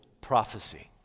prophecy